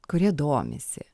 kurie domisi